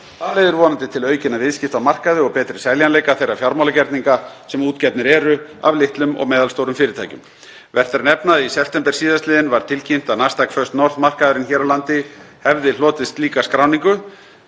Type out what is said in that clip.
Það leiðir vonandi til aukinna viðskipta á markaði og betri seljanleika þeirra fjármálagerninga sem útgefnir eru af litlum og meðalstórum fyrirtækjum. Vert er að nefna að í september síðastliðnum var tilkynnt að Nasdaq First North markaðurinn hér á landi hefði hlotið slíka skráningu,